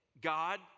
God